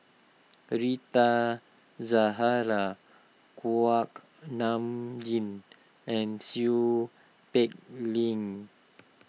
Rita Zahara Kuak Nam Jin and Seow Peck Ling